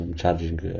charging